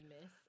miss